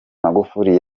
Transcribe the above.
magufuli